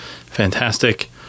fantastic